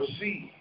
receive